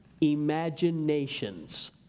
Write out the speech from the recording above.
imaginations